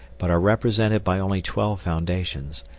but are represented by only twelve foundations,